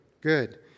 good